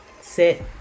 sit